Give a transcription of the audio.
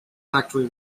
factory